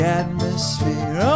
atmosphere